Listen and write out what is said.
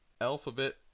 Alphabet